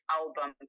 album